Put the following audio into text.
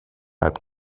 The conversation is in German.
halb